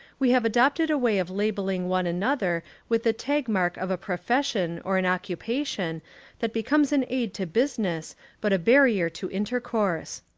we have adopted a way of labelling one another with the tag mark of a profession or an occupation that becomes an aid to business but a barrier to intercourse.